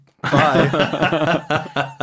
Bye